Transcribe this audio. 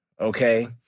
Okay